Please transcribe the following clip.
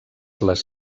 les